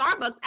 Starbucks